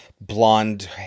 blonde